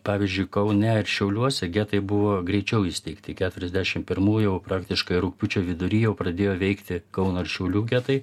pavyzdžiui kaune ir šiauliuose getai buvo greičiau įsteigti keturiasdešim pirmųjų praktiškai rugpjūčio vidury jau pradėjo veikti kauno ir šiaulių getai